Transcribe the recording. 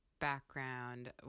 background